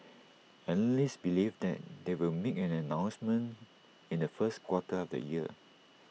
analysts believe that they will make an announcement in the first quarter of the year